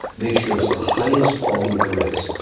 make sure it's the highest quality there is,